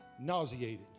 nauseated